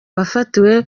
wafatiwe